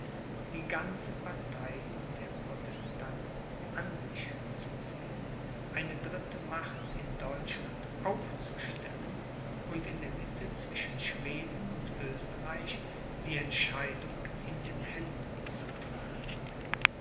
die ganze partei der protestanten an sich zu ziehen eine dritte macht in deutschland aufzustellen und in der mitte zwischen schweden und oesterreich die entscheidung in den händen zu tragen